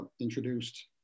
introduced